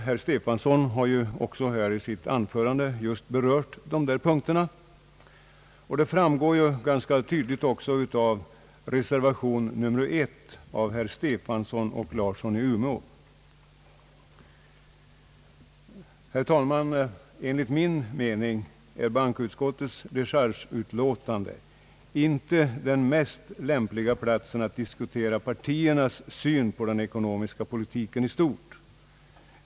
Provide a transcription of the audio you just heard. Herr Stefanson har ju i sitt anförande nyss berört dessa punkter vilka också behandlas i reservation nr 1 av herrar Stefanson och Larsson i Umeå. Herr talman! Enligt min mening är behandlingen av bankoutskottets dechargeutlåtande inte det lämpligaste tillfället att diskutera partiernas syn på den ekonomiska politiken i stort.